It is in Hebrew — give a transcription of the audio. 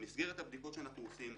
במסגרת הבדיקות שאנחנו עושים,